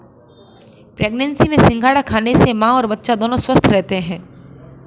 pregnancy में सिंघाड़ा खाने से मां और बच्चा दोनों स्वस्थ रहते है